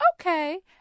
okay